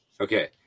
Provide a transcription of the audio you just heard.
Okay